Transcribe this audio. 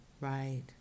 right